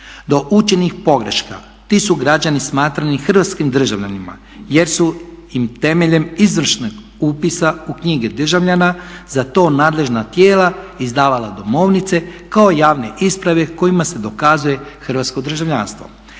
Do učinjenih pogrešaka ti su građani smatrani hrvatskim državljanima jer su im temeljem izvršenog upisa u knjige državljana za to nadležan tijela izdavala domovnice kao javne isprave kojima se dokazuje hrvatsko državljanstvo.